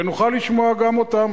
ונוכל לשמוע גם אותם.